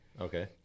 Okay